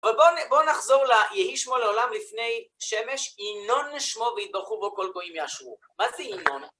ובואו נחזור ל-יהי שמו לעולם לפני שמש, יינון שמו ויתברכו בו כל גויים יאשרוהו. מה זה יינון?